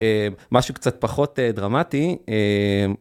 משהו קצת פחות דרמטי.